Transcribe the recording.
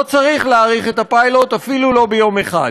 לא צריך להאריך את הפיילוט אפילו ביום אחד.